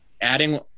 adding –